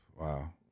Wow